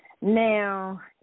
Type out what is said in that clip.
Now